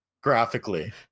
Graphically